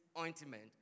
ointment